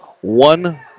one